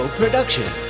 production